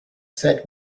said